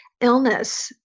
illness